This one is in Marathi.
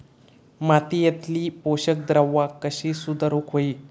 मातीयेतली पोषकद्रव्या कशी सुधारुक होई?